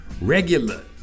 Regular